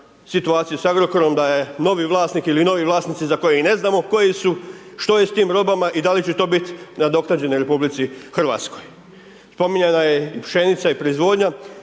situaciju s Agrokorom da je novi vlasnik ili novi vlasnici za koje ne znamo koji su, što je s tim robama i da li će to bit nadoknađeno RH. Spominjana je i pšenica i proizvodnja,